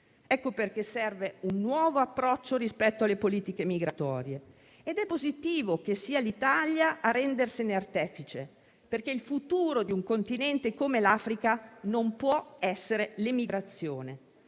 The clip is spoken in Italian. Ecco perché serve un nuovo approccio rispetto alle politiche migratorie. È positivo che sia l'Italia a rendersene artefice, perché il futuro di un continente come l'Africa non può essere l'emigrazione,